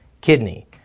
kidney